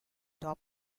top